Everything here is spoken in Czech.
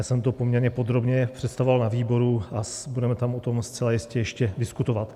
Já jsem to poměrně podrobně představoval na výboru a budeme tam o tom zcela jistě ještě diskutovat.